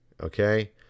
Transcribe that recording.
Okay